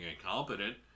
incompetent